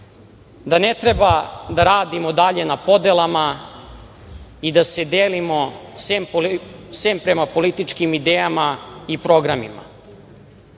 da ne treba da radimo dalje na podelama i da se delimo, sem prema političkim idejama i programima.